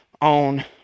on